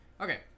Okay